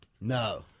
No